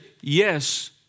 yes